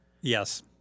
Yes